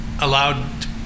allowed